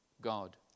God